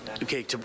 okay